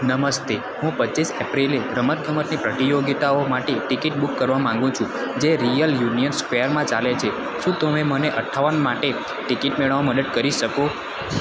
નમસ્તે હું પચીસ એપ્રિલે રમત ગમતની પ્રતિયોગિતાઓ માટે ટિકિટ બુક કરવા માંગુ છું જે રીગલ યુનિયન સ્કવેરમાં ચાલે છે શું તમે મને અઠાવન માટે ટિકિટ મેળવવામાં મદદ કરી શકો